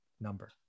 number